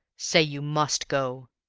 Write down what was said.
say you must go.